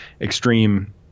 extreme